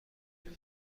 جون